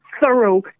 thorough